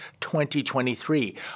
2023